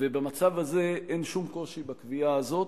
ובמצב הזה אין שום קושי בקביעה הזאת,